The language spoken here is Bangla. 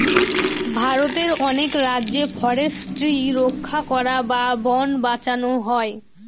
ভারতের অনেক রাজ্যে ফরেস্ট্রি রক্ষা করা বা বোন বাঁচানো হয়